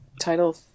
title